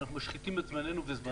אנחנו משחיתים את זמננו וזמנם.